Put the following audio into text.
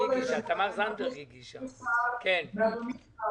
אדוני השר,